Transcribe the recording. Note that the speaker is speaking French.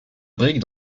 briques